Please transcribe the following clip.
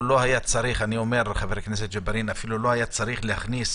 אני אומר לחבר הכנסת ג'בארין שאפילו לא היה צריך להכניס